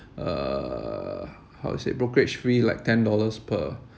uh how to say brokerage fee like ten dollars per